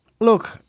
look